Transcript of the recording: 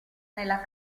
nella